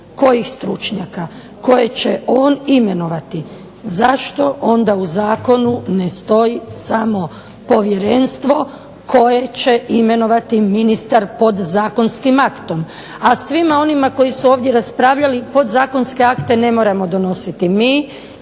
Kojih stručnjaka? Koje će on imenovati. Zašto onda u zakonu ne stoji samo povjerenstvo koje će imenovati ministar podzakonskim aktom? A svima onima koji su ovdje raspravljali podzakonske akte ne moramo donositi mi